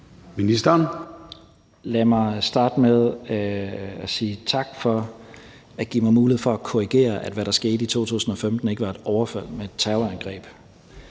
Tesfaye): Lad mig starte med at sige tak for at give mig mulighed for at korrigere. Det, der skete i 2015, var ikke et overfald, men et terrorangreb.